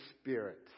Spirit